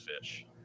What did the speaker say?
fish